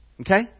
Okay